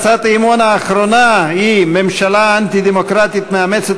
הצעת האי-אמון האחרונה היא: ממשלה אנטי-דמוקרטית המאמצת